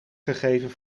gegeven